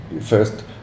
first